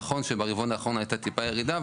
נכון שברבעון האחרון הייתה טיפה ירידה,